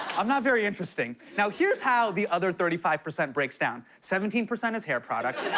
i'm not very interesting. now, here's how the other thirty five percent breaks down seventeen percent is hair product,